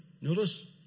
Notice